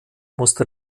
musste